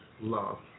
love